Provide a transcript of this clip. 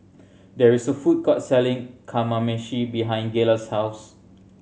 there is a food court selling Kamameshi behind Gayla's house